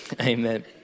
amen